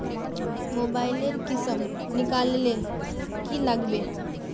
Mobile लेर किसम निकलाले की लागबे?